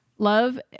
Love